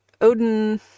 odin